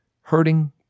hurting